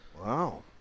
Wow